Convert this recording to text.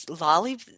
Lolly